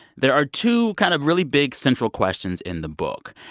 there are two kind of really big, central questions in the book,